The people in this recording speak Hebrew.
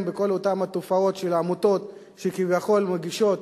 בכל אותן תופעות של העמותות שכביכול מגישות